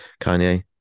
Kanye